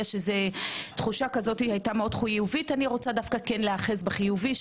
הייתה תחושה מאוד חיובית ואני רוצה להיאחז בחיובי,